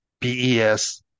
bes